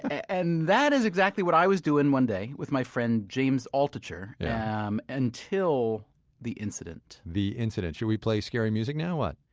and that is exactly what i was doing one day with my friend james altucher yeah um until the incident the incident? should we play scary music what?